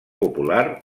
popular